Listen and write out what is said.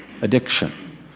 addiction